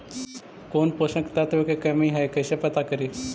कौन पोषक तत्ब के कमी है कैसे पता करि?